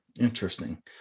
Interesting